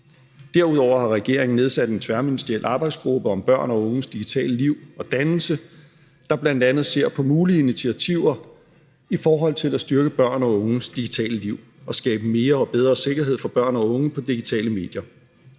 Derudover har regeringen nedsat en tværministeriel arbejdsgruppe om børn og unges digitale liv og dannelse, der bl.a. ser på mulige initiativer i forhold til at styrke børn og unges digitale liv og skabe mere og bedre sikkerhed for børn og unge på digitale medier.